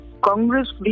Congress